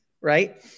right